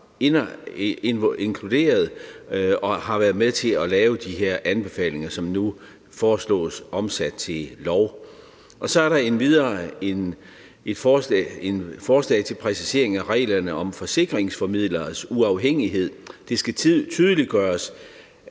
var inkluderet og har været med til at lave de her anbefalinger, som nu foreslås omsat til lov. Så er der endvidere et forslag til præcisering af reglerne om forsikringsformidleres uafhængighed. Det skal tydeliggøre